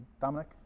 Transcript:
Dominic